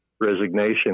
resignation